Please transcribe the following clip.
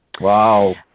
wow